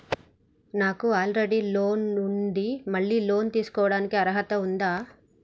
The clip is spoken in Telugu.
నాకు ఆల్రెడీ లోన్ ఉండి మళ్ళీ లోన్ తీసుకోవడానికి అర్హత ఉందా?